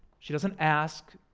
she doesn't ask,